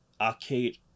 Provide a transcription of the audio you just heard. Arcade